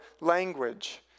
language